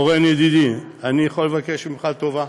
אורן ידידי, אני יכול לבקש ממך טובה?